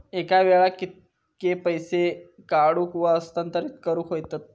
एका वेळाक कित्के पैसे काढूक व हस्तांतरित करूक येतत?